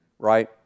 Right